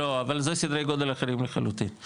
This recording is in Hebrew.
לא, אבל זה סדרי גודל אחרים לחלוטין.